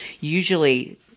Usually